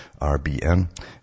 RBN